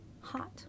hot